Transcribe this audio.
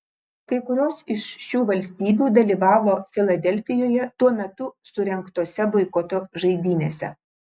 kai kurios iš šių valstybių dalyvavo filadelfijoje tuo metu surengtose boikoto žaidynėse